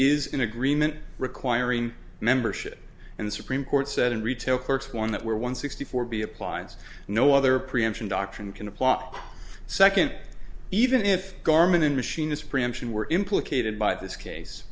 is in agreement requiring membership and the supreme court said in retail clerks one that where one sixty four b appliance no other preemption doctrine can apply up second even if garmin and machine this preemption were implicated by this case